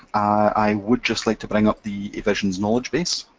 i would just like to bring up the evisions knowledge base,